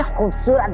also